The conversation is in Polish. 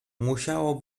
musiało